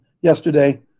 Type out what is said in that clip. yesterday